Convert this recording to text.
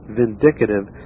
vindicative